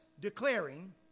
declaring